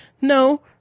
no